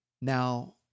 Now